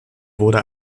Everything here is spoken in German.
wurde